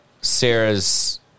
Sarah's